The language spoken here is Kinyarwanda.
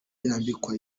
yambikwa